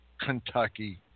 Kentucky